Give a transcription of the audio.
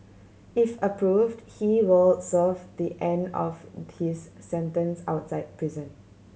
if approved he were serve the end of his sentence outside prison